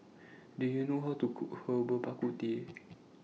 Do YOU know How to Cook Herbal Bak Ku Teh